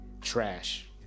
Trash